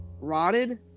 rotted